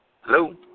Hello